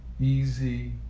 easy